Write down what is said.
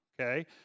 Okay